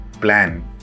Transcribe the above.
plan